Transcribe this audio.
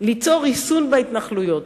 ליצור ריסון בהתנחלויות.